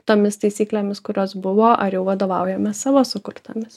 tomis taisyklėmis kurios buvo ar jau vadovaujamės savo sukurtomis